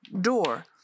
door